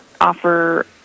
offer